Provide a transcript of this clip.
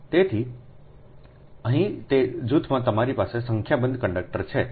તેથી અહીં તે જૂથમાં તમારી પાસે સંખ્યાબંધ કંડક્ટર છે